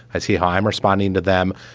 i see how i'm responding to them.